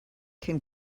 can